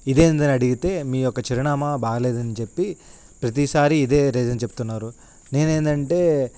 ఇదేందని అడిగితే మీ యొక్క చిరునామా బాగలేదని చెప్పి ప్రతిసారీ ఇదే రీజన్ చెప్తున్నారు నేనేందంటే